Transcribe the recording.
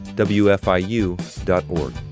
WFIU.org